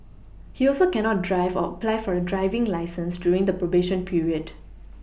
he also cannot drive or apply for a driving licence during the probation period